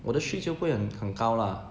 我的需求不会很很高啦